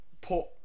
put